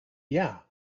yeah